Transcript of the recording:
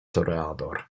toreador